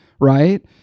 right